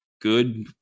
good